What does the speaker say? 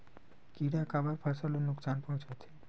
किड़ा काबर फसल ल नुकसान पहुचाथे?